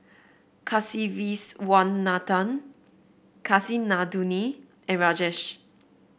Kasiviswanathan Kasinadhuni and Rajesh